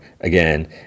again